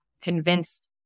convinced